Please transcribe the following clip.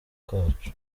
kacu